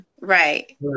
Right